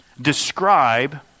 describe